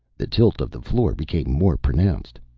the tilt of the floor became more pronounced.